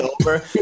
over